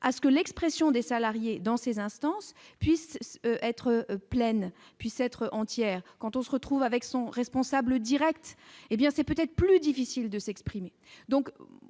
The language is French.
à ce que l'expression des. Salariée dans ces instances puissent être pleine puisse être entière quand on se retrouve avec son responsable Direct, hé bien c'est peut-être plus difficile de s'exprimer,